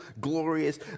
glorious